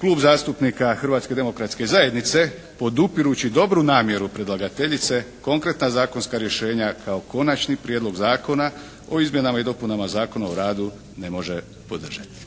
Klub zastupnika Hrvatske demokratske zajednice podupirući dobru namjeru predlagateljice konkretna zakonska rješenja kao Konačni prijedlog zakona o izmjenama i dopunama Zakona o radu ne može podržati.